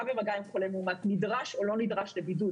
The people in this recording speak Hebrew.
במגע עם חולה מאומת נדרש או לא נדרש לבידוד,